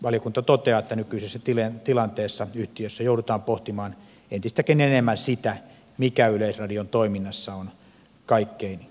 valiokunta toteaa että nykyisessä tilanteessa yhtiössä joudutaan pohtimaan entistäkin enemmän sitä mikä yleisradion toiminnassa on kaikkein keskeisintä